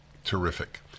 Terrific